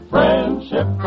Friendship